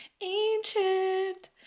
ancient